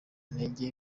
ntege